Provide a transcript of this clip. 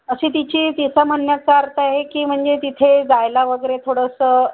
अशी तिची तिचा म्हणण्याचा अर्थ आहे की म्हणजे तिथे जायला वगैरे थोडंसं